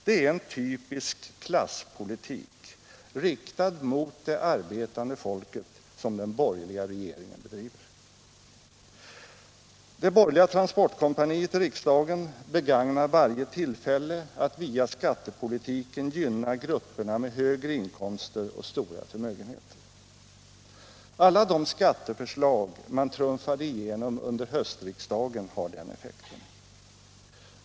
Det är en typisk klasspolitik, riktad mot det arbetande folket, som den bor gerliga regeringen bedriver. Det borgerliga transportkompaniet i riksdagen begagnar varje tillfälle att via skattepolitiken gynna grupperna med högre inkomster och stora förmögenheter. Alla de skatteförslag man trumfade igenom under höstriksdagen har den effekten.